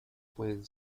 pueden